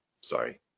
sorry